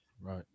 right